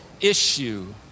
issue